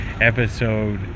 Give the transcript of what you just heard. Episode